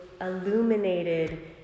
illuminated